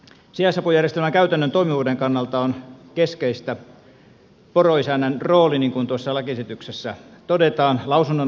sijaisapujärjestelmän käytännön toimivuuden kannalta on keskeistä niin kuin tuossa lakiesityksessä todetaan poroisännän rooli lausunnon antajana